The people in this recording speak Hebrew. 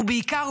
ובעיקר,